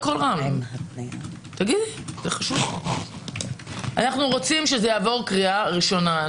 אנחנו רוצים שזה יעבור בקריאה ראשונה.